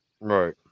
Right